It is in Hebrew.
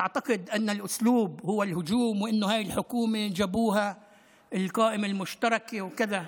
והיום הוא צריך לשבת בוועדות ולהגיש הצעות דחופות וכו'.